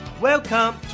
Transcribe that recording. welcome